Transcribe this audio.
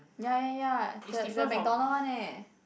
ya ya ya the the McDonald one eh